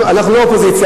אתם לא אופוזיציה?